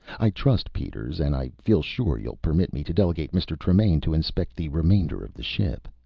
i trust peters. and i feel sure you'll permit me to delegate mr. tremaine to inspect the remainder of the ship?